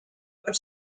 but